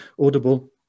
audible